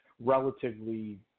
relatively